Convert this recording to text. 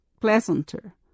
pleasanter